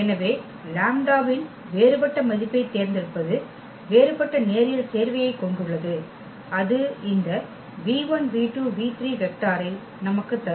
எனவே லாம்ப்டா வின் வேறுபட்ட மதிப்பைத் தேர்ந்தெடுப்பது வேறுபட்ட நேரியல் சேர்வையைக் கொண்டுள்ளது அது இந்த வெக்டாரை நமக்குத் தரும்